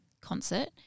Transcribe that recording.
concert